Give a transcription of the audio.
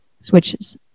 switches